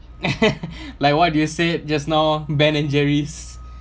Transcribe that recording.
like what do you say just now ben and jerry's